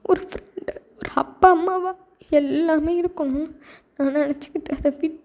ஒரு ஃப்ரெண்டாக ஒரு அப்பா அம்மாவாக எல்லாம் இருக்கணும் நான் நெனைச்சுக்கிட்டு அதை விட்டுடுவேன்